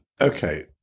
Okay